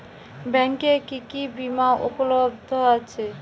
ব্যাংকে কি কি বিমা উপলব্ধ আছে?